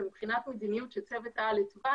ומבחינת מדיניות שצוות העל התווה,